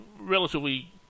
relatively